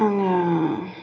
आङो